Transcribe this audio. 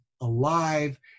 alive